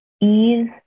ease